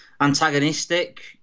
antagonistic